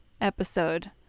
episode